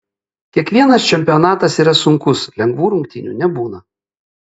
kiekvienas čempionatas yra sunkus lengvų rungtynių nebūna